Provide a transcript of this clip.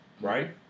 right